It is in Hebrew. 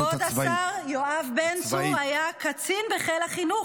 כבוד השר יואב בן צור היה קצין בחיל החינוך,